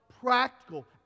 practical